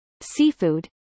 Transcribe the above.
Seafood